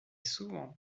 souvent